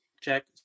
check